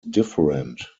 different